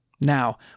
Now